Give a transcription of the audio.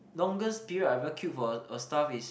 longest period I ever queued for a stuff is